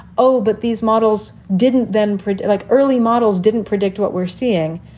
oh, but these models didn't then predict, like early models didn't predict what we're seeing.